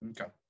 Okay